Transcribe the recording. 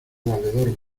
valedor